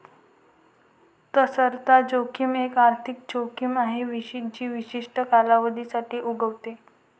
तरलता जोखीम एक आर्थिक जोखीम आहे जी विशिष्ट कालावधीसाठी उद्भवते